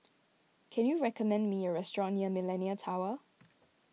can you recommend me a restaurant near Millenia Tower